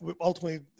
ultimately